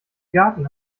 garten